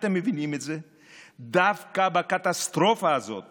דווקא בקטסטרופה הזאת